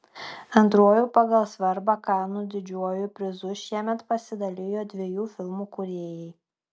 antruoju pagal svarbą kanų didžiuoju prizu šiemet pasidalijo dviejų filmų kūrėjai